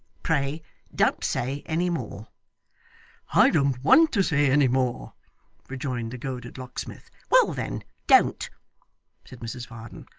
pray don't say any more i don't want to say any more rejoined the goaded locksmith. well then, don't said mrs varden.